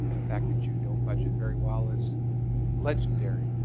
the fact that you don't budget very well is legendary